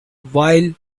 while